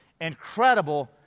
incredible